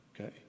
okay